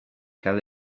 cal